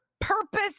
purpose